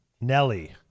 Nelly